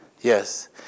Yes